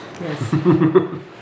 Yes